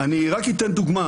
אני רק אתן דוגמה.